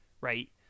right